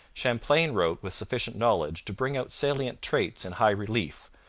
champlain wrote with sufficient knowledge to bring out salient traits in high relief,